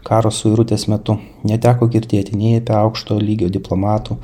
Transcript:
karo suirutės metu neteko girdėti nei apie aukšto lygio diplomatų